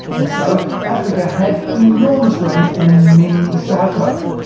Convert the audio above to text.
and so africa had enormous rains and many cyclones.